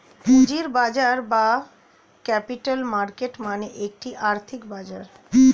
পুঁজির বাজার বা ক্যাপিটাল মার্কেট মানে একটি আর্থিক বাজার